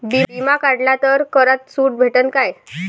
बिमा काढला तर करात सूट भेटन काय?